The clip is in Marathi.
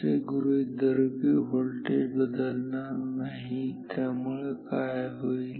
असे गृहीत धरू की हा व्होल्टेज बदलणार नाही त्यामुळे काय होईल